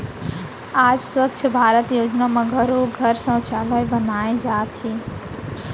आज स्वच्छ भारत योजना म घरो घर सउचालय बनाए जावत हे